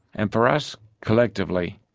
and for us, collectively,